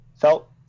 felt